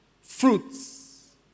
fruits